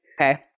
Okay